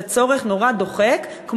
זה צורך נורא דוחק,